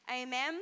Amen